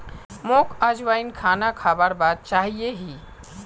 मोक अजवाइन खाना खाबार बाद चाहिए ही